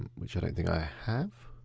and which i don't think i have.